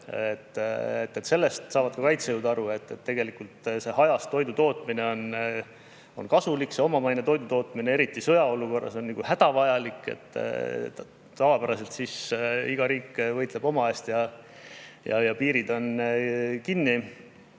Sellest saavad ka kaitsejõud aru, et tegelikult see hajastoidutootmine on kasulik ning omamaine toidu tootmine on, eriti sõjaolukorras, hädavajalik. Tavapäraselt iga riik võitleb enda eest ja piirid on kinni.